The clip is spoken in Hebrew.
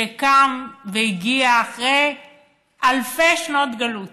שקם והגיע, אחרי אלפי שנות גלות